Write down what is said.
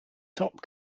top